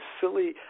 silly